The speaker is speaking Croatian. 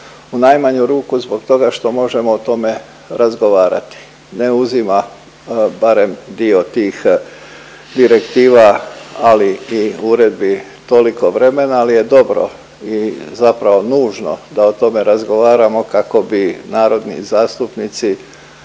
u najmanju ruku zbog toga što možemo o tome razgovarati. Ne uzima barem dio tih direktiva ali i uredbi toliko vremena ali je dobro i zapravo nužno da o tome razgovaramo kako bi narodni zastupnici